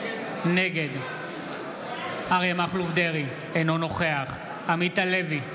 נגד אריה מכלוף דרעי, אינו נוכח עמית הלוי,